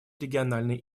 региональной